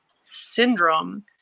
syndrome